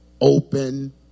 open